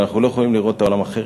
ואנחנו לא יכולים לראות את העולם אחרת.